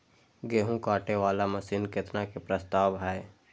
गेहूँ काटे वाला मशीन केतना के प्रस्ताव हय?